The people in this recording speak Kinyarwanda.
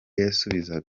yasubizaga